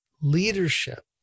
leadership